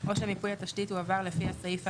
או שמיפוי התשתית הועבר לפי הסעיף האמור,